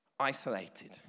isolated